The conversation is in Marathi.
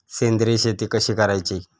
सेंद्रिय शेती कशी करायची?